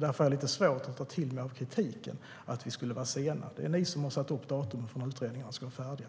Därför har jag lite svårt att ta till mig av kritiken att vi skulle vara sena. Det är ni som har satt datum för när utredningarna ska vara färdiga.